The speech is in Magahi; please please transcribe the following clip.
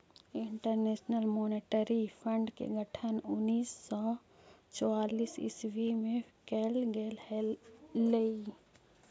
इंटरनेशनल मॉनेटरी फंड के गठन उन्नीस सौ चौवालीस ईस्वी में कैल गेले हलइ